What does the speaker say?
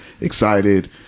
excited